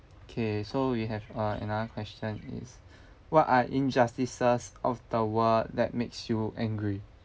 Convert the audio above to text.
okay so we have uh another question is what are injustices of the world that makes you angry